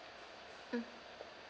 mm